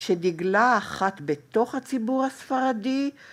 ‫שדגלה אחת בתוך הציבור הספרדי,